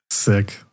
Sick